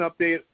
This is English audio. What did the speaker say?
update